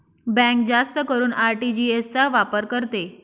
bank जास्त करून RTGS चा वापर करते